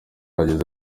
bageze